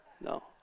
No